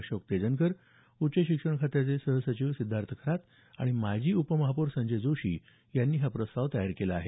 अशोक तेजनकर उच्च शिक्षण खात्याचे सहसचिव सिद्धार्थ खरात आणि माजी उपमहापौर संजय जोशी यांनी हा प्रस्ताव तयार केला आहे